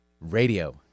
radio